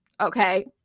okay